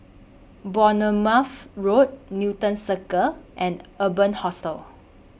Bournemouth Road Newton Circus and Urban Hostel